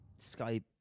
Skype